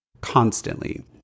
constantly